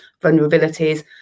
vulnerabilities